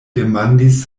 demandis